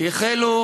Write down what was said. שהחלו